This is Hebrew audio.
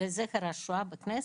לזכר השואה בכנסת,